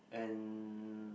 and